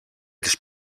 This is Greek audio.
τις